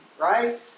right